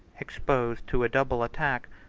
exposed to a double attack,